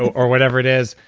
or whatever it is,